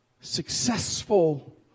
Successful